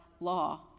law